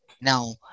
Now